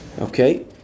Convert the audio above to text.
Okay